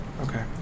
Okay